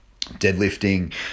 deadlifting